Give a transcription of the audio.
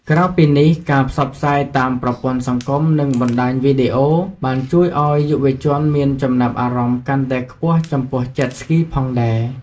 ក្រៅពីនេះ ការផ្សព្វផ្សាយតាមប្រព័ន្ធសង្គម និងបណ្តាញវីដេអូ បានជួយឲ្យយុវជនមានចំណាប់អារម្មណ៍កាន់តែខ្ពស់ចំពោះ Jet Skiផងដែរ ។